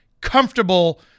comfortable